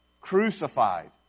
Crucified